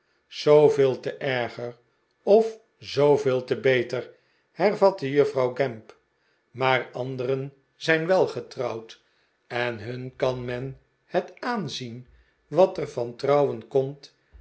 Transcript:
zooveel te erger of zooveel te beter hervatte juffrouw gamp maar anderen zijn wel getrouwd en hun kan men het aanzien wat er van trouwen komt